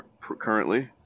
currently